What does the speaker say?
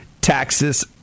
taxes